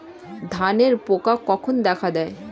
ধানের পোকা কখন দেখা দেয়?